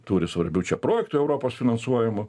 turi svarbių čia projektų europos finansuojamų